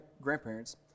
grandparents